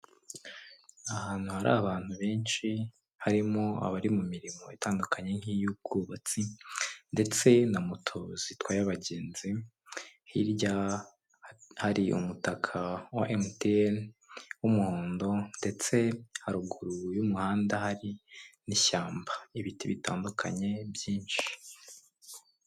Ahantu hari abantu benshi harimo abari mu mirimo itandukanye nk'iy'ubwubatsi ndetse na moto zitwaye abagenzi hirya hari umutaka wa emuti eni w'umuhondo ndetse haruguru y'umuhanda hari n'ishyamba n'ibiti bitandukanye byinshi.